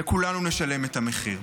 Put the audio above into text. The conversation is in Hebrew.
וכולנו נשלם את המחיר.